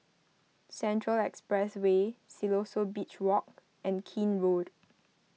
Central Expressway Siloso Beach Walk and Keene Road